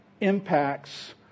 impacts